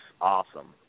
awesome